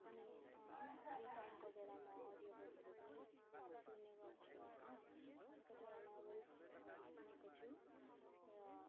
अनि फ्री टाइमको बेला म अडियो बुकहरू पनि सुन्ने गर्छु होइन म अलिक कतिवटा नोभेल्सहरू सुनेको छु र